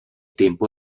tempo